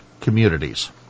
communities